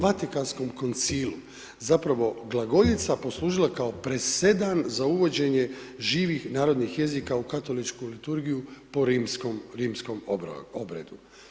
Vatikanskom koncilu zapravo glagoljica poslužila kao presedan za uvođenje živih narodnih jezika u katoličku liturgiju po rimskom obredu.